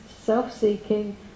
self-seeking